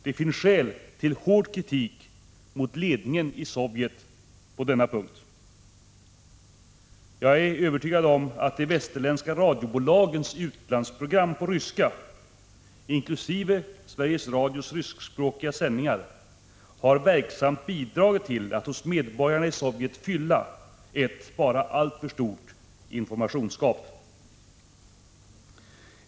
Det finns skäl till hård kritik mot ledningen i Sovjet på denna punkt. Jag är övertygad om att de västerländska radiobolagens utlandsprogram på ryska —inkl. Sveriges Radios ryskspråkiga sändningar — verksamt har bidragit till att hos medborgarna i Sovjet fylla ett bara alltför stort informationsgap.